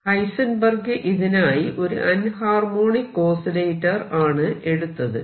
Heisenberg ഇതിനായി ഒരു anharmonic oscillator ആണ് എടുത്തത്